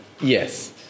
Yes